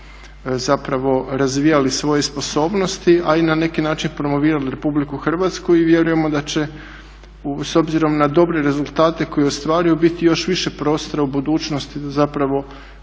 dalje razvijali svoje sposobnosti, a i na neki način promovirali RH. I vjerujemo da će s obzirom na dobre rezultate koje ostvaruju biti još više prostora u budućnosti da